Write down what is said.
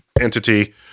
entity